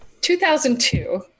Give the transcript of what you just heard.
2002